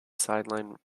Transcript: sideline